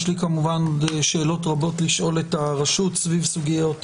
יש לי כמובן שאלות רבות לשאול את הרשות סביב סוגיית